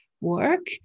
work